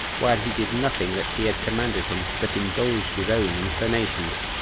while he did nothing that he had commanded him, but indulged his own inclinations.